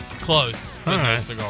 Close